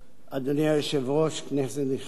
אדוני היושב-ראש, כנסת נכבדה,